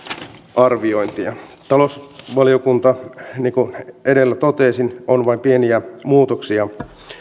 arviointia talousvaliokunta niin kuin edellä totesin on vain pieniä muutoksia